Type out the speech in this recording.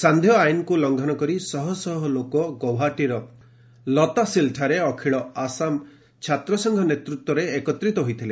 ସାନ୍ଧ୍ୟ ଆଇନ୍କୁ ଲଙ୍ଘନ କରି ଶହ ଶହ ଲୋକ ଗୌହାଟୀର ଲତାସିଲ୍ଠାରେ ଅଖିଳ ଆସାମ ଛାତ୍ରସଂଘ ନେତୃତ୍ୱରେ ଏକତ୍ରିତ ହୋଇଥିଲେ